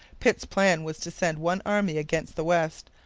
pitt's plan was to send one army against the west,